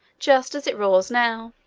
just as it roars now.